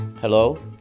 Hello